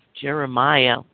Jeremiah